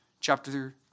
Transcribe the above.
chapter